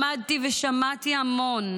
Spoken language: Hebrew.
למדתי ושמעתי המון,